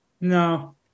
No